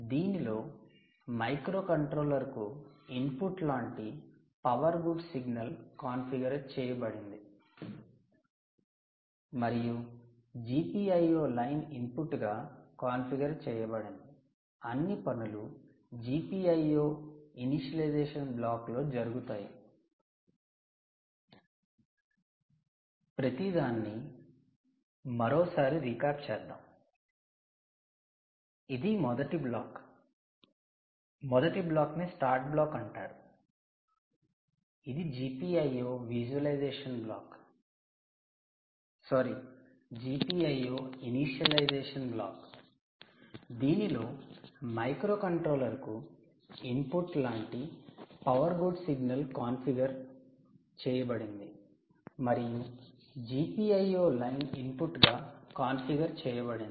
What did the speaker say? దీనిలో మైక్రోకంట్రోలర్కు ఇన్పుట్ లాంటి పవర్ గుడ్ సిగ్నల్ కాన్ఫిగర్ ఆకృతీకరించడం అయినది చేయబడింది మరియు GPIO లైన్ ఇన్పుట్గా కాన్ఫిగర్ చేయబడింది